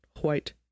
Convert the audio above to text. white